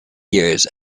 years